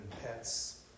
pets